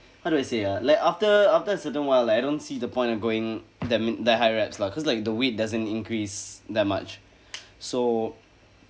how do I say ah like after after a certain while like I don't see the point of going them the higher reps lah cause like the weight doesn't increase that much so